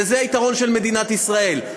וזה היתרון של מדינת ישראל,